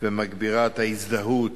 ומגבירה את ההזדהות